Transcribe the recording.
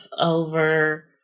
over